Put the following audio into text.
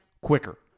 quicker